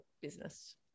business